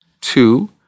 Two